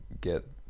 get